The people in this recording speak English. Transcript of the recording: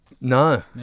No